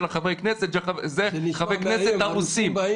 חברי הכנסת הן של חברי הכנסת הרוסים.